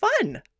fun